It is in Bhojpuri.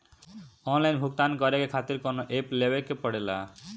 आनलाइन भुगतान करके के खातिर कौनो ऐप लेवेके पड़ेला?